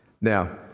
now